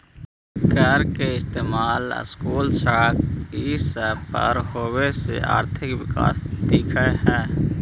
कर के इस्तेमाल स्कूल, सड़क ई सब पर होबे से आर्थिक विकास दिख हई